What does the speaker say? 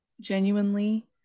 genuinely